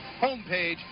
homepage